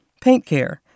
PaintCare